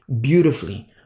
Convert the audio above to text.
beautifully